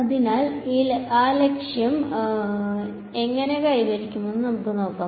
അതിനാൽ ആ ലക്ഷ്യം എങ്ങനെ കൈവരിക്കുമെന്ന് നമുക്ക് നോക്കാം